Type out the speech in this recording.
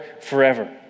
forever